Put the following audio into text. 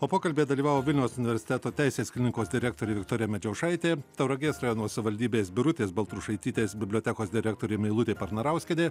o pokalbyje dalyvavo vilniaus universiteto teisės klinikos direktorė viktorija medžiaušaitė tauragės rajono savivaldybės birutės baltrušaitytės bibliotekos direktorė meilutė parnarauskienė